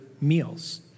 meals